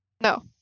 No